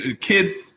Kids